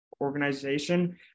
organization